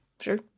Sure